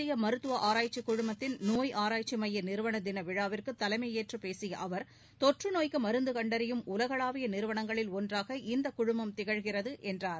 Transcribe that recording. இந்திய மருத்துவ ஆராய்ச்சி குழமத்தின் நோய் ஆராய்ச்சி மைய நிறுவன தின விழாவிற்கு தலைமையேற்று பேசிய அவர் தொற்று நோய்க்கு மருந்து கண்டறியும் உலகளாவிய நிறுவனங்களில் ஒன்றாக இந்த குழுமம் திகழ்கிறது என்றார்